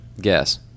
Guess